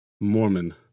Mormon